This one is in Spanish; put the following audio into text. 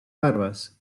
barbas